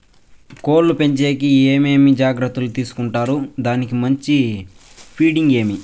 కోళ్ల పెంచేకి ఏమేమి జాగ్రత్తలు తీసుకొంటారు? దానికి మంచి ఫీడింగ్ ఏమి?